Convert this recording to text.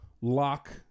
lock